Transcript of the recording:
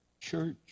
church